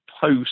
post